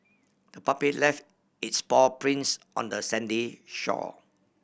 the puppy left its paw prints on the sandy shore